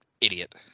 idiot